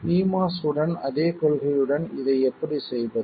pMOS உடன் அதே கொள்கையுடன் இதை எப்படி செய்வது